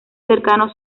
cercanos